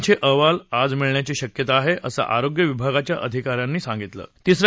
विर दोघांचे अहवाल आज मिळण्याची शक्यता आहे असं आरोग्य विभागाच्या अधिका यानं सांगितलं